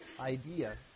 idea